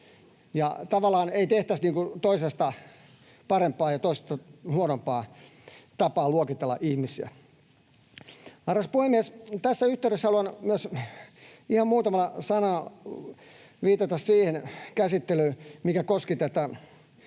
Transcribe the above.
tavallaan ei tehtäisi niin kuin toisesta parempaa ja toisesta huonompaa tapaa luokitella ihmisiä. Arvoisa puhemies! Tässä yhteydessä haluan myös ihan muutamalla sanalla viitata siihen käsittelyyn, joka koski tätä hallituksen